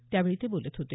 त्यावेळी ते बोलत होते